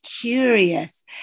curious